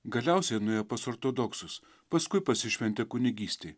galiausiai nuėjo pas ortodoksus paskui pasišventė kunigystei